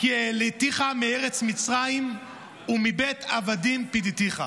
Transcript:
"כי העלתיך מארץ מצרים ומבית עבדים פדיתיך",